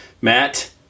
Matt